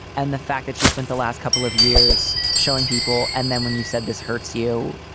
and the fact that she spent the last couple of years showing people and then when you said this hurts you.